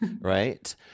Right